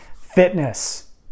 Fitness